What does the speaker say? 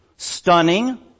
Stunning